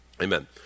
Amen